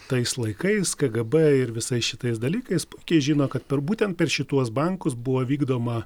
tais laikais kgb ir visais šitais dalykais puikiai žino kad per būtent per šituos bankus buvo vykdoma